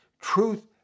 truth